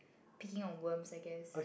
picking on worms I guess